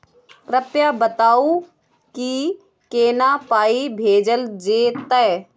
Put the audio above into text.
कृपया बताऊ की केना पाई भेजल जेतै?